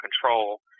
control